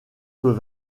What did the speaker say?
peut